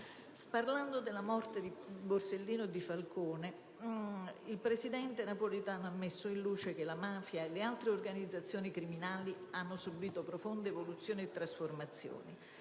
Parlando della morte di Borsellino e di Falcone, il presidente Napolitano ha messo in luce che la mafia e le altre organizzazioni criminali hanno subìto profonde evoluzioni e trasformazioni,